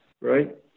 right